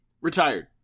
Retired